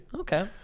Okay